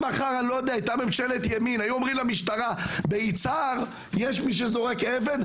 אם מחר תהיה ממשלת ימין והיו אומרים למשטרה שביצהר יש מי שזורק אבן,